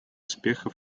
успеха